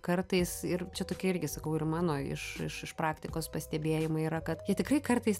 kartais ir čia tokie irgi sakau ir mano iš iš iš praktikos pastebėjimai yra kad jie tikrai kartais